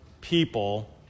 people